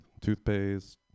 toothpaste